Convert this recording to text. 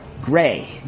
gray